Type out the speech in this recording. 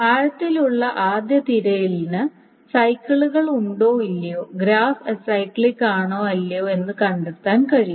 ആഴത്തിലുള്ള ആദ്യ തിരയലിന് സൈക്കിളുകളുണ്ടോ ഇല്ലയോ ഗ്രാഫ് അസൈക്ലിക്ക് ആണോ അല്ലയോ എന്ന് കണ്ടെത്താൻ കഴിയും